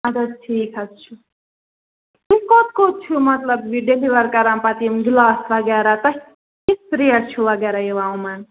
اَدٕ حظ ٹھیٖک حظ چھُ تُہۍ کوٚت کوٚت چھُو مطلب یہِ ڈیلِوَر کَران پَتہٕ یِم گِلاس وَغیرہ تۄہہِ کِژھ ریٹ چھُو وَغیرہ یِوان یِمَن